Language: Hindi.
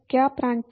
क्या प्रांड्टल